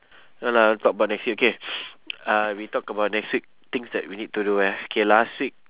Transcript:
no lah we talk about next week okay uh we talk about next week things that we need to do eh K last week